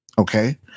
Okay